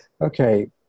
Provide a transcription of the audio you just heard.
Okay